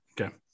Okay